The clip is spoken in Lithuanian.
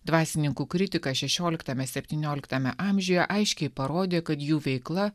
dvasininkų kritika šešioliktame septynioliktame amžiuje aiškiai parodė kad jų veikla